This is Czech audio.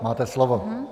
Máte slovo.